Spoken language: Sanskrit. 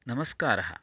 नमस्कारः